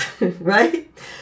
right